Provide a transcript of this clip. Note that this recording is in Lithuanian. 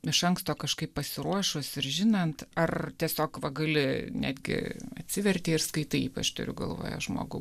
iš anksto kažkaip pasiruošus ir žinant ar tiesiog va gali netgi atsiverti ir skaitai ypač turiu galvoje žmogų